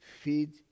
feed